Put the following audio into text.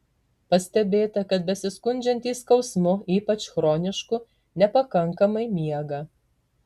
pastebėta kad besiskundžiantys skausmu ypač chronišku nepakankamai miega